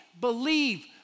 believe